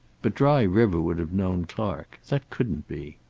but dry river would have known clark. that couldn't be.